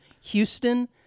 Houston